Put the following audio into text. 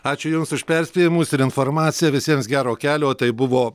ačiū jums už perspėjimus ir informaciją visiems gero kelio tai buvo